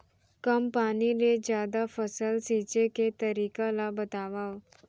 कम पानी ले जादा फसल सींचे के तरीका ला बतावव?